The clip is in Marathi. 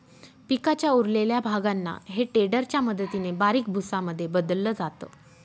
पिकाच्या उरलेल्या भागांना हे टेडर च्या मदतीने बारीक भुसा मध्ये बदलल जात